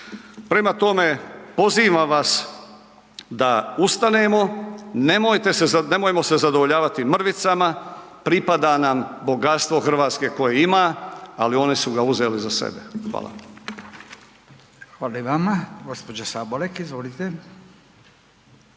Prema tome, pozivam vas da ustanemo, nemojmo se zadovoljavati mrvicama, pripada nam bogatstvo Hrvatske koje ima ali oni su ga uzeli za sebe. Hvala. **Radin, Furio (Nezavisni)**